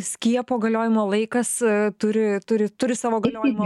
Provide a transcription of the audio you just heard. skiepo galiojimo laikas turi turi turi savo galiojimo